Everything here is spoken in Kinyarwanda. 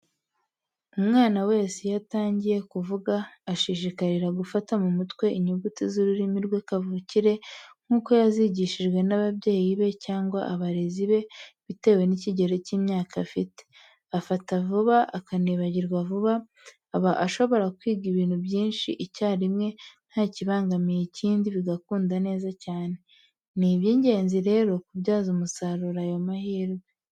Umwana wese iyo atangiye kuvuga, ashishikarira gufata mu mutwe inyuguti z'ururimi rwe kavukire nk'uko yazigishijwe n'ababyeyi be cyangwa abarezi, bitewe n'ikigero cy'imyaka afite. Afata vuba akanibagirwa vuba, aba ashobora kwiga ibintu byinshi icyarimwe nta kibangamiye ikindi bigakunda neza cyane. Ni iby'ingenzi rero kubyaza umusaruro ayo mahirwe.